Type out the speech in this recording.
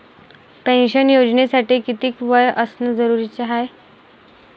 Pension योजनेसाठी कितीक वय असनं जरुरीच हाय?